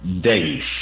days